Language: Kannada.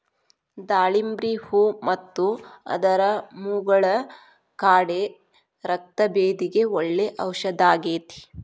ದಾಳಿಂಬ್ರಿ ಹೂ ಮತ್ತು ಅದರ ಮುಗುಳ ಕಾಡೆ ರಕ್ತಭೇದಿಗೆ ಒಳ್ಳೆ ಔಷದಾಗೇತಿ